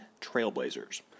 Trailblazers